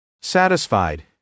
Satisfied